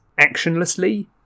actionlessly